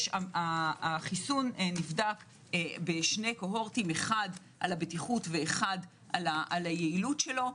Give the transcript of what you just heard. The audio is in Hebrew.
החיסון נבדק בשני קוהורטים - גם על הבטיחות וגם על היעילות שלו.